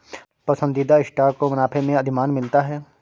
पसंदीदा स्टॉक को मुनाफे में अधिमान मिलता है